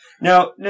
Now